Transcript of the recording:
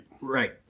right